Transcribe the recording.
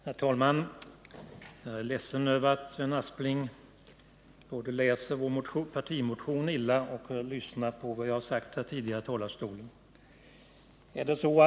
Herr talman! Jag är ledsen över att Sven Aspling både läst vår partimotion illa och har lyssnat dåligt på vad jag tidigare sagt från denna talarstol.